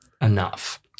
enough